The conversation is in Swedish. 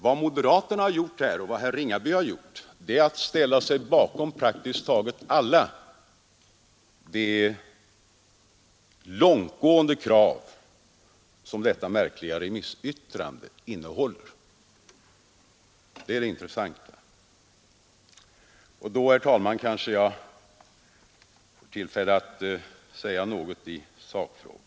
Vad moderaterna och herr Ringaby har gjort är att ställa sig bakom alla de långtgående krav som detta märkliga remissyttrande innehåller. Det är det intressanta. Och då, herr talman, kanske jag får tillfälle att säga något i sakfrågan.